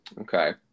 Okay